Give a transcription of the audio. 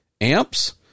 amps